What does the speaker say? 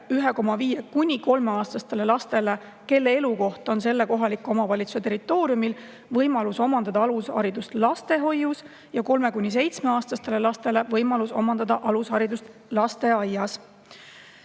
kolmeaastastele lastele, kelle elukoht on selle kohaliku omavalitsuse territooriumil, võimalus omandada alusharidust lastehoius ja kolme‑ kuni seitsmeaastastele lastele võimalus omandada alusharidus lasteaias.